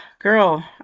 girl